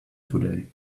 today